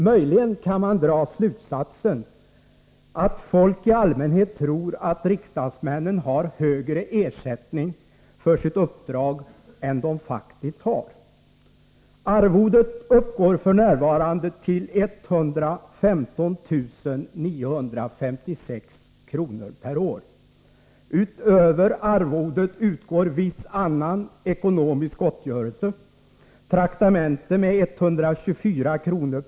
Möjligen kan man dra slutsatsen att folk i allmänhet tror att riksdagsmännen har högre ersättning för sitt uppdrag än de faktiskt har. Arvodet uppgår f. n. till 115 956 kr. per år. Utöver arvodet utgår viss annan ekonomisk gottgörelse: traktamente med 124 kr.